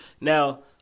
Now